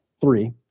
three